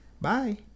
Bye